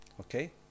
Okay